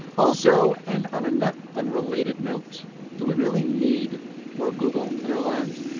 also and on a not unrelated note do we really need more google in our lives?